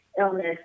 illness